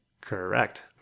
Correct